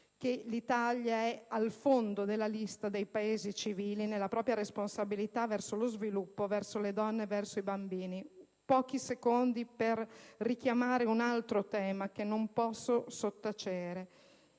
che l'Italia è in fondo alla lista dei Paesi civili nella propria responsabilità verso lo sviluppo, verso le donne e verso i bambini. Vorrei rapidamente richiamare un altro tema che non posso sottacere.